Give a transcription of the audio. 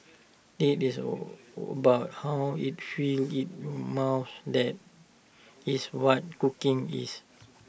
IT is about how IT feels in your mouth that is what cooking is